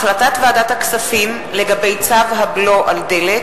החלטת ועדת הכספים לגבי צו הבלו על דלק